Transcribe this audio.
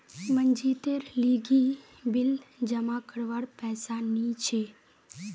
मनजीतेर लीगी बिल जमा करवार पैसा नि छी